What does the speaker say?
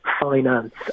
finance